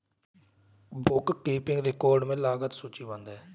book keeping record में लागत सूचीबद्ध है